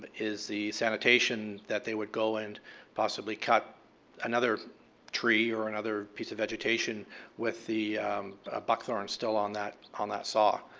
is the sanitation that they would go and possibly cut another tree or another piece of vegetation with the buck thorn still on that on that saw.